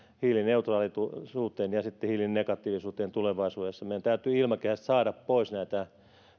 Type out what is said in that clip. hiilineutraalisuuteen ja sitten hiilinegatiivisuuteen tulevaisuudessa meidän täytyy ilmakehästä saada pois näitä